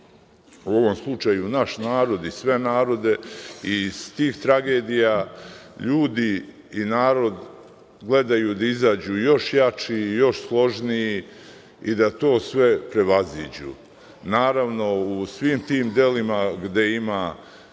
u ovom slučaju naš narod i sve narode i iz tih tragedija ljudi i narod gledaju da izađu još jači i još složniji i da to sve prevaziđu. Naravno, u svim tim delima gde ima